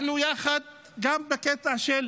אנחנו יחד גם בקטע של